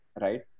right